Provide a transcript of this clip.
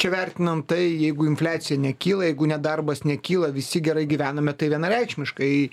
čia vertinant tai jeigu infliacija nekyla jeigu nedarbas nekyla visi gerai gyvename tai vienareikšmiškai